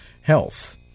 health